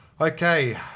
Okay